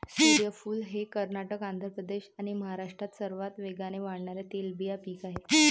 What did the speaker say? सूर्यफूल हे कर्नाटक, आंध्र प्रदेश आणि महाराष्ट्रात सर्वात वेगाने वाढणारे तेलबिया पीक आहे